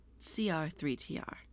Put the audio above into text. CR3TR